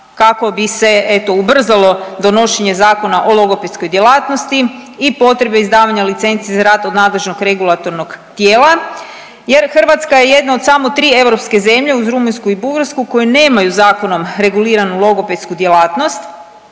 kako bi se eto ubrzalo donošenje Zakona o logopedskoj djelatnosti i potrebe izdavanja licence za rad od nadležnog regulatornog tijela jer Hrvatska je jedna od samo tri europske zemlje uz Rumunjsku i Bugarsku koje nemaju zakonom reguliranu logopedsku djelatnost